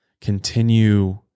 continue